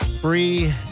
free